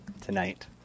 tonight